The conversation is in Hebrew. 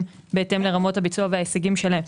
בהתאם לרמות הביצוע ולהישגים שלהם,